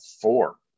four